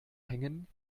hängen